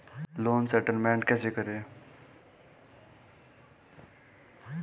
Loan settlement कैसे करें?